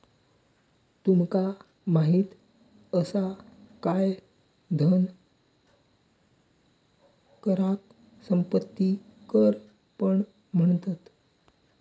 तुमका माहित असा काय धन कराक संपत्ती कर पण म्हणतत?